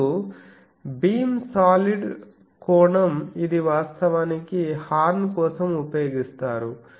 ఇప్పుడు beam solid కోణంΩ ఇది వాస్తవానికి హార్న్ కోసం ఉపయోగిస్తారు